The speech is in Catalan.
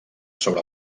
sobre